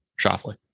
Shoffley